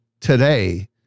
Today